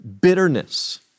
bitterness